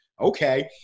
Okay